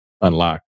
unlock